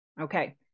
Okay